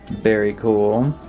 very cool.